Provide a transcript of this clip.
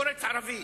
פורץ ערבי,